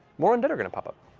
more undead are going to pop up.